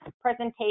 presentation